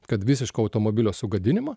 kad visiško automobilio sugadinimo